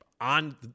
on